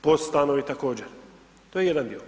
POS stanovi također, to je jedan dio.